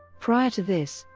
prior to this,